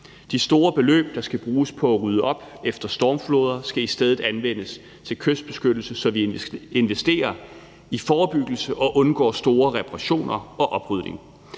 De store beløb, der skal bruges på at rydde op efter stormfloder, skal i stedet anvendes til kystbeskyttelse, så vi investerer i forebyggelse og undgår store reparationer og oprydning.